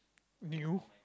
new